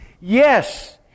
yes